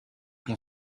can